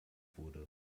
wurde